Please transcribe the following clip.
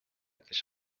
kes